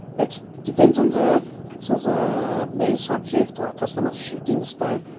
it depends on the so the main subject or customer's shooting style,